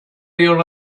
your